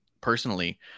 personally